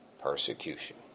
persecution